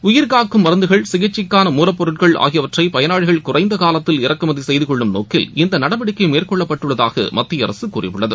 உயிர்காக்கும் மருந்துகள் சிகிச்சைக்காள மூலப்பொருட்கள் ஆகியவற்றைபயனாளிகள் குறைந்தகாலத்தில் இறக்குமதிசெய்துகொள்ளும் நோக்கில் இந்தநடவடிக்கைமேற்கொள்ளப்பட்டுள்ளதாகமத்தியஅரசுகூறியுள்ளது